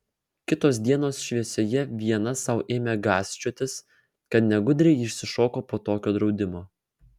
kitos dienos šviesoje viena sau ėmė gąsčiotis kad negudriai išsišoko po tokio draudimo